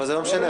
אבל זה לא משנה.